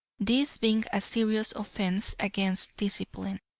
this being a serious offence against discipline.